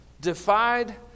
defied